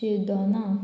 शिर्दोना